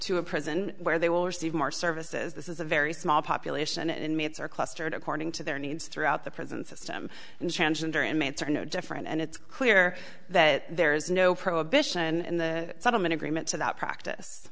to a prison where they will receive more services this is a very small population and inmates are clustered according to their needs throughout the prison system and transgender inmates are no different and it's clear that there is no prohibition in the settlement agreement so that practice